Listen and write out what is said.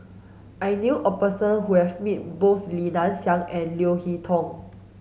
I knew a person who has met both Li Nanxing and Leo Hee Tong